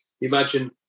imagine